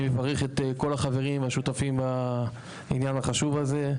ואני מברך את כל החברים ואת השותפים לעניין החשוב הזה.